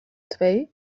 twee